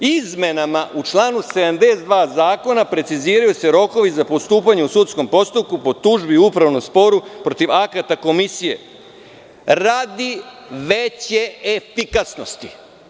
Izmenama u članu 72 zakona, preciziraju se rokovi za postupanje u sudskom postupku po tužbi i upravnom sporu protiv akata komisije, radi veće efikasnosti.